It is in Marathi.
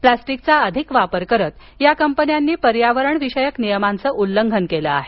प्लास्टिकचा अधिक वापर करत या कंपन्यांनी पर्यावरण विषयक नियमांचं उल्लंघन केलं आहे